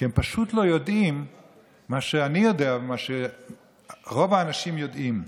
כי הם פשוט לא יודעים את מה שאני יודע ומה שרוב האנשים יודעים,